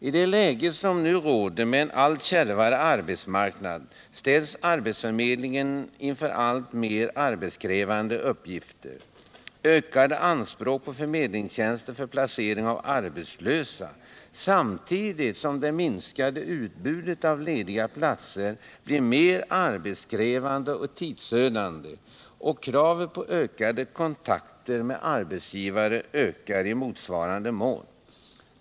I det läge som nu råder med en allt kärvare arbetsmarknad ställs arbetsförmedlingen inför alltmer arbetskrävande uppgifter med ökade anspråk på förmedlingstjänster för placering av arbetslösa samtidigt som det minskade utbudet av lediga platser blir mer arbetskrävande och tidsödande och kravet på ökade kontakter med arbetsgivare ökar i motsvarande mån.